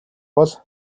бол